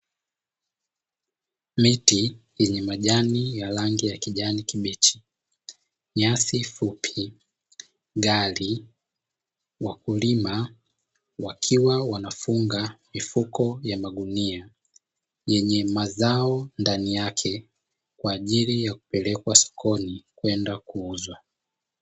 Miti yenye majanai ya rangi ya kijani kibichi, nyasi fupi, gari, wakulima wakiwa wanafunga mifuko ya magunia yenye mazao ndani yake kwa ajili ya kupelekwa sokoni kwenda kuuzwa.